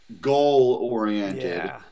goal-oriented